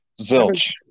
Zilch